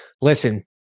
listen